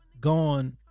Gone